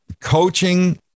coaching